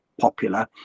popular